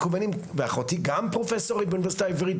ואחותי גם פרופסורית באוניברסיטה העברית,